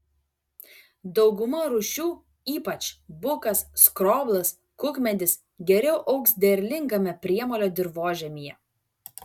dauguma rūšių ypač bukas skroblas kukmedis geriau augs derlingame priemolio dirvožemyje